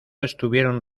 estuvieron